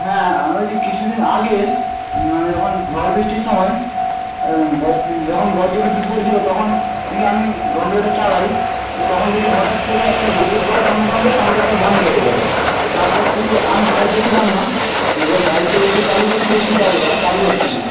হ্যাঁ আমি বলছি কিছু দিন আগে যখন ঝড় বৃষ্টির সময় বজ যখন বজ্র বিদ্যুৎ পড়ছিলো তখন নাকি আমি কম্পিউটার চালাই তো তখন দেখি হটাৎ করে একটা বিদ্যুৎ পড়ার সঙ্গে সঙ্গে কম্পিউটারটা বন্ধ হয়ে যায় তারপর থেকে আমি বাড়িতে ছিলাম না এবার বাড়িতে এসে চালু করছি দেখছি তার আর চালু হচ্ছে না